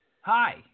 Hi